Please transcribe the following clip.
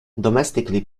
domestically